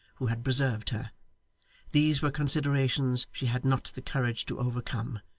who had preserved her these were considerations she had not the courage to overcome,